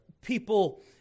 people